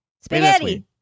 Spaghetti